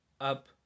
up